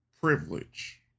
privilege